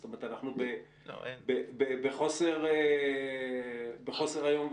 זאת אומרת, אנחנו בחוסר איום ונורא.